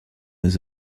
his